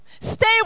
Stay